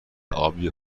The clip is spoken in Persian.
آبی